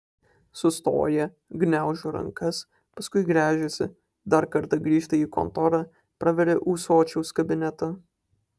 sustoja gniaužo rankas paskui gręžiasi dar kartą grįžta į kontorą praveria ūsočiaus kabinetą